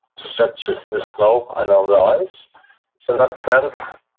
stretches in the snow and on the ice so in that sense,